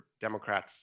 Democrat